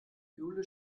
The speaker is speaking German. jule